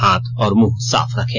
हाथ और मुंह साफ रखें